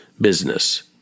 business